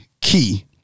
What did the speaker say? Key